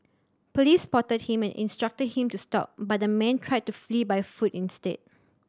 police spotted him and instructed him to stop but the man tried to flee by foot instead